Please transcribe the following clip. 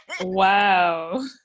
wow